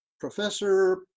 professor